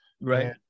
Right